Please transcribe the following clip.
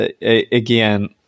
again